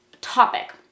topic